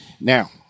now